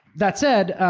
that said,